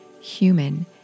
human